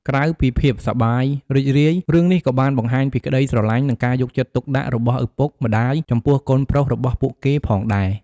ក្រៅពីភាពសប្បាយរីករាយ រឿងនេះក៏បានបង្ហាញពីក្តីស្រឡាញ់ និងការយកចិត្តទុកដាក់របស់ឪពុកម្តាយចំពោះកូនប្រុសរបស់ពួកគេផងដែរ។